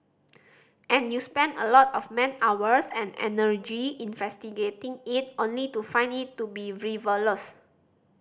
and you spend a lot of man hours and energy investigating it only to find it to be frivolous